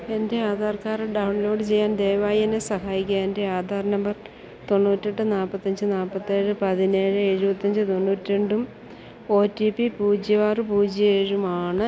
എൻ്റെ Aadhaar card download ചെയ്യാൻ ദയവായി എന്നെ സഹായിക്കുക എൻ്റെ ആധാർ നമ്പർ തൊണ്ണൂറ്റെട്ട് നാൽപ്പത്തഞ്ച് നാൽപ്പത്തേഴ് പതിനേഴ് എഴുപത്തഞ്ച് തൊണ്ണൂറ്റിരണ്ടും ഓ ടി പി പൂജ്യം ആറ് പൂജ്യം ഏഴുമാണ്